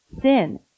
Sin